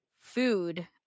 food